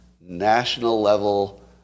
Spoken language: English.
national-level